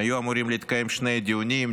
היו אמורים להתקיים שני דיונים,